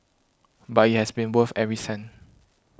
but it has been worth every cent